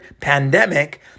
pandemic